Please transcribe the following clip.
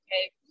okay